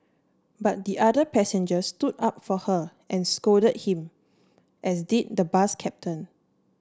but the other passengers stood up for her and scolded him as did the bus captain